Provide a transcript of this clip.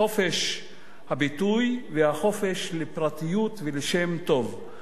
חופש הביטוי והחופש לפרטיות ולשם טוב.